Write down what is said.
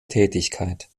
tätigkeit